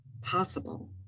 possible